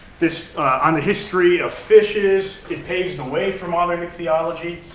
this on the history of fishes it paves the way for modern ichthyology.